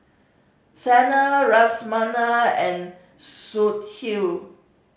Sanal and Sudhir